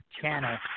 channel